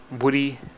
woody